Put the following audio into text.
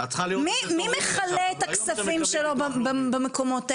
מי מכלה את הכספים שלו במקומות האלה?